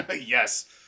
Yes